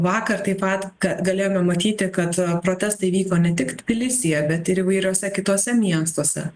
vakar taip pat galėjome matyti kad protestai vyko ne tik tbilisyje bet ir įvairiuose kituose miestuose